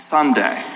Sunday